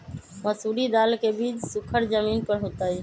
मसूरी दाल के बीज सुखर जमीन पर होतई?